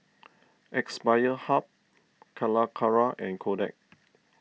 Aspire Hub Calacara and Kodak